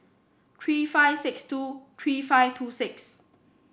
three five six two three five two six